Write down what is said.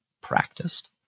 practiced